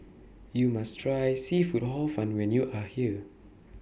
YOU must Try Seafood Hor Fun when YOU Are here